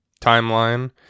timeline